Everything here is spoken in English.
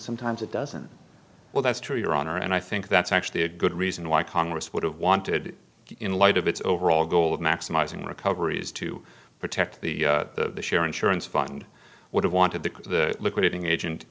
sometimes it doesn't well that's true your honor and i think that's actually a good reason why congress would have wanted in light of its overall goal of maximizing recoveries to protect the share insurance fund would have wanted the liquidating agent